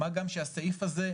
מה גם שהסעיף הזה,